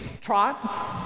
trot